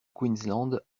queensland